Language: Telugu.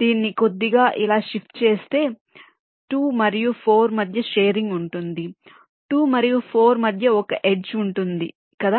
దీన్ని కొద్దిగా ఇలా షిఫ్ట్ చేస్తే 2 మరియు 4 మధ్య షేరింగ్ ఉంటుంది 2 మరియు 4 మధ్య ఒక ఎడ్జ్ ఉంటుంది కదా